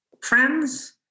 friends